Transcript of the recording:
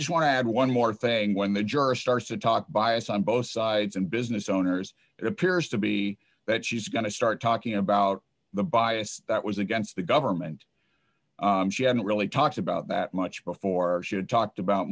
just want to add one more thing when the jurors starts to talk bias on both sides and business owners it appears to be that she's going to start talking about the bias that was against the government really talked about that much before she had talked about